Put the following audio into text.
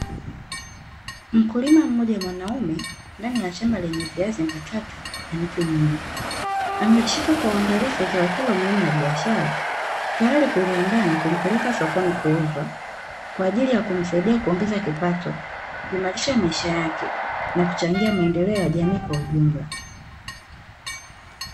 Mkulima mmoja mwanaume ndani ya shamba lenye viazi mbatata na miti mingi, amelishika kwa uangalifu zao hilo muhimu la biashara tayari kuliandaa na kulipeleka sokoni kuuzwa, kwa ajili ya kumsaidia kuongeza kipato, kuimarisha maisha yake, na kuchangia maendeleo ya jamii kwa ujumla.